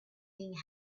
thing